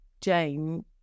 Jane